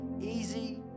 easy